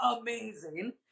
amazing